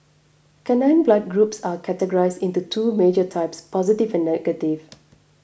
canine blood groups are categorised into two major types positive and negative